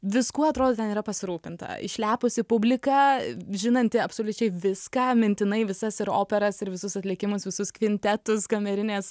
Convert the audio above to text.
viskuo atrodo ten yra pasirūpinta išlepusi publika žinanti absoliučiai viską mintinai visas ir operas ir visus atlikimus visus kvintetus kamerinės